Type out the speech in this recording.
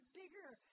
bigger